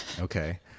Okay